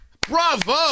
Bravo